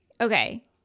okay